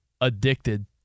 addicted